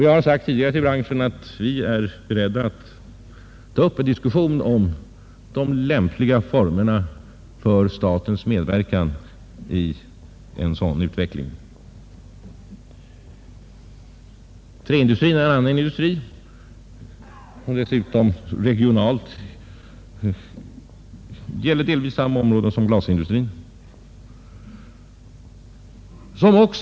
Jag har sagt tidigare till branschen att vi är beredda att ta upp en diskussion om lämpliga former för statens medverkan i en sådan utveckling. En annan industri, som dessutom regionalt sett ligger inom delvis samma områden som glasindustrin, är träindustrin.